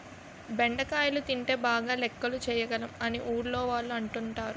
బెండకాయలు తింటే బాగా లెక్కలు చేయగలం అని ఊర్లోవాళ్ళు అంటుంటారు